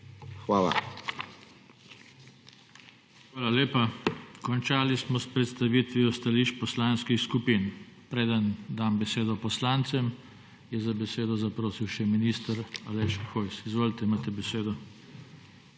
TANKO: Hvala lepa. Končali smo s predstavitvijo stališč poslanskih skupin. Preden dam besedo poslancem, je za besedo zaprosil še minister, Aleš Hojs. Izvolite, imate besedo.